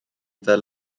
fel